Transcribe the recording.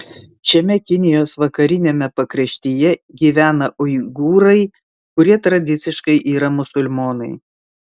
šiame kinijos vakariniame pakraštyje gyvena uigūrai kurie tradiciškai yra musulmonai